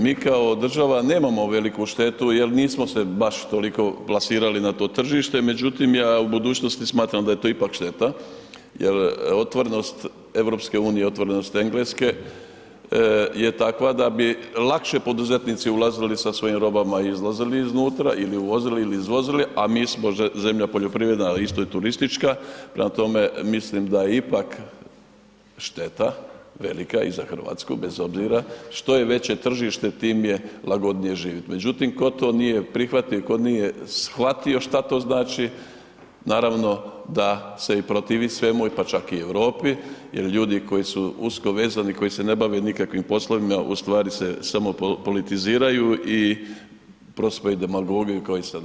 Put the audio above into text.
Mi kao država nemamo veliku štetu jer nismo se baš toliko plasirali na to tržište, međutim ja u budućnosti smatram da je to ipak šteta jer otvorenost EU-a, otvorenost Engleske je takva bi lakše poduzetnici ulazili sa svojim robama i izlazili iznutra ili uvozili ili izvozili a mi smo zemlja poljoprivredna a isto i turistička, prema tome, mislim da ipak šteta velika i za Hrvatsku bez obzira što je veće tržište, time je lagodnije živjet međutim tko to nije prihvatio, tko nije shvatio što to znači, naravno da se i protivi svemu pa čak i Europi jer ljudi koji su usko vezani, koji se ne bave nikakvim poslovima, ustvari se samo politiziraju i prosipaju demagogiju kao i sada u Saboru.